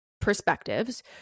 perspectives